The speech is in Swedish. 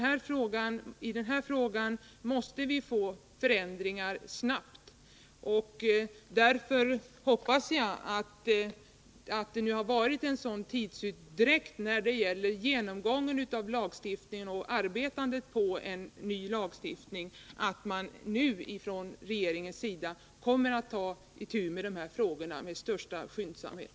Här måste vi få en förändring snabbt. Därför hoppas jag att, när det nu hittills varit en sådan tidsutdräkt när det gäller genomgången av lagstiftningen och arbetet på en ny lagstiftning, man nu från regeringens sida kommer att ta itu med dessa frågor med största skyndsamhet.